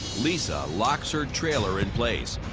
lisa locks her trailer in place.